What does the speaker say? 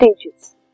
stages